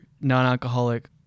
non-alcoholic